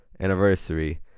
anniversary